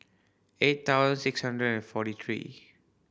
eight thousand six hundred and forty three